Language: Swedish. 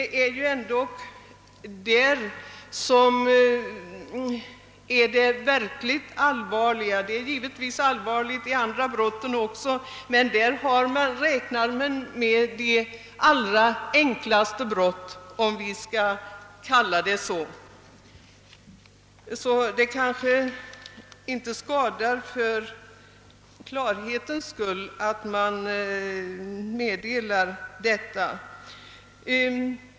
Det är ju ändå dessa brott som är de verkligt allvarliga. Andra brott är givetvis också allvarliga, till en del, men i den gruppen räknar man även in de allra enklaste brott. Det kanske för klarhetens skull inte skadar att man uppmärksammar detta.